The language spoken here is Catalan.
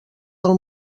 del